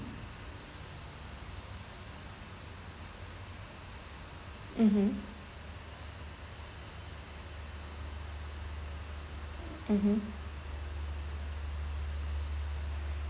mmhmm mmhmm